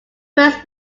first